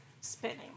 spinning